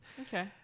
Okay